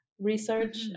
research